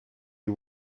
you